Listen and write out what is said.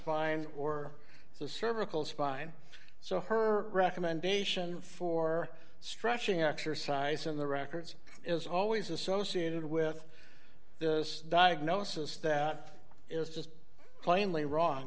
spine or the cervical spine so her recommendation for stretching exercises in the records is always associated with this diagnosis that is just plainly wrong